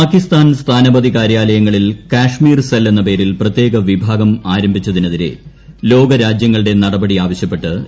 പാകിസ്ഥാൻ സ്ഥാനപതി കാര്യാലയങ്ങളിൽ കാശ്മീർ സെൽ എന്ന പേരിൽ പ്രത്യേക വിഭാഗം ആരംഭിച്ചതിനെതിരെ ലോകരാജൃങ്ങളുടെ നടപടി ആവശ്യപ്പെട്ട് ഇന്ത്യ